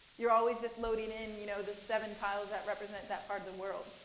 you're always just loading in you know the seven tiles that represent that part of the world.